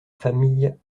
famille